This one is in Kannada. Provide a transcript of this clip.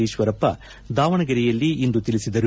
ಈಶ್ವರಪ್ಪ ದಾವಣಗೆರೆಯಲ್ಲಿಂದು ತಿಳಿಸಿದರು